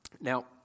Now